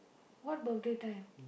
what birthday time